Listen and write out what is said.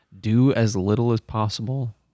do-as-little-as-possible